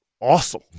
awesome